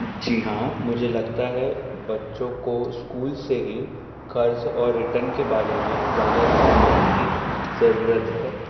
जी हाँ मुझे लगता है बच्चों को ईस्कूल से ही कर्ज और रिटन के बारे में ज़्यादा ध्यान देने की जरूरत है